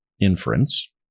inference